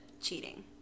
cheating